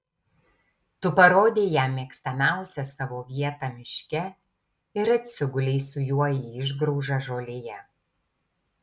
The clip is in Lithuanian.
tu parodei jam mėgstamiausią savo vietą miške ir atsigulei su juo į išgraužą žolėje